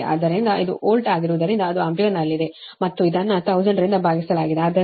ಆದ್ದರಿಂದ ಇದು ವೋಲ್ಟ್ ಆಗಿರುವುದರಿಂದ ಇದು ಆಂಪಿಯರ್ನಲ್ಲಿದೆ ಮತ್ತು ಇದನ್ನು 1000 ರಿಂದ ಭಾಗಿಸಲಾಗಿದೆ